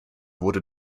wurde